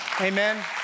Amen